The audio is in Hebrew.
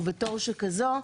ובתור שכזאת,